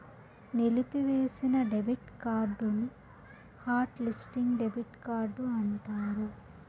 నిలిపివేసిన డెబిట్ కార్డుని hot listing debit card అంటారు